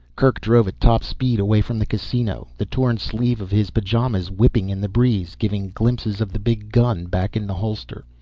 kerk drove at top speed away from the casino, the torn sleeve of his pajamas whipping in the breeze, giving glimpses of the big gun back in the holster.